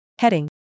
Heading